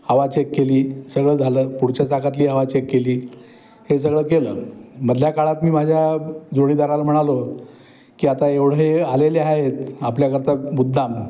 हवा चेक केली सगळं झालं पुढच्या चाकातली हवा चेक केली हे सगळं केलं मधल्या काळात मी माझ्या जोडीदाराला म्हणालो की आता एवढे आलेले आहेत आपल्याकरता मुद्दाम